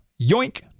yoink